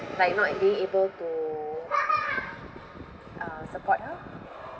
like not being able to uh support her